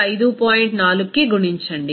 4కి గుణించండి